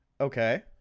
Okay